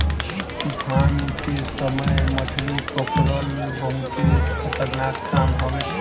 तूफान के समय मछरी पकड़ल बहुते खतरनाक काम हवे